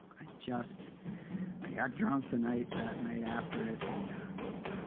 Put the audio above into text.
i just i got drunk the night, that night after it, and